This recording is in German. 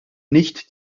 nicht